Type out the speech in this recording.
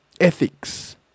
ethics